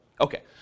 Okay